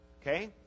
Okay